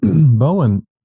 Bowen